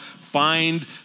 find